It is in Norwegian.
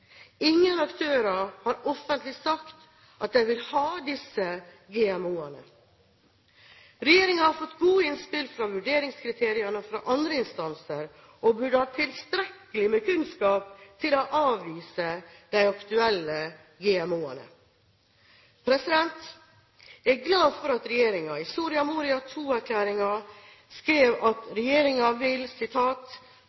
Ingen aktører har sagt offentlig at de vil ha disse GMO-ene. Regjeringen har fått gode innspill fra vurderingskriteriene fra andre instanser og burde ha tilstrekkelig med kunnskap til å avvise de aktuelle GMO-ene. Jeg er glad for at regjeringen i Soria Moria II-erklæringen skrev at